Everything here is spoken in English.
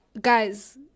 guys